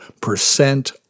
percent